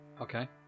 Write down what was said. Okay